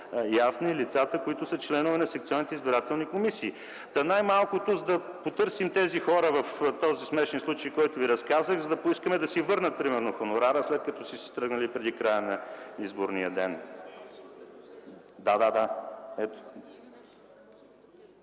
са лицата, членове на секционните избирателни комисии, най-малкото, за да потърсим тези хора в този смешен случай, който ви разказах, за да поискаме да си върнат примерно хонорара, след като са си тръгнали преди края на изборния ден. Предлагам да